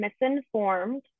misinformed